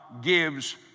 gives